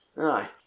Aye